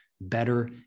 Better